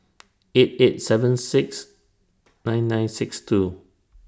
eight eight seven six nine nine six two